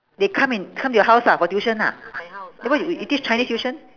they come and come to your house ah for tuition ah then why you you teach chinese tuition